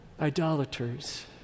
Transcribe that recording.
Idolaters